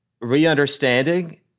re-understanding